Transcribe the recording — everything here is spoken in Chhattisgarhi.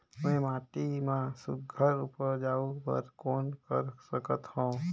मैं माटी मा सुघ्घर उपजाऊ बर कौन कर सकत हवो?